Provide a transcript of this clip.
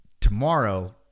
tomorrow